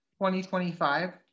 2025